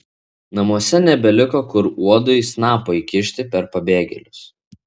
namuose nebeliko kur uodui snapo įkišti per pabėgėlius